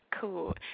cool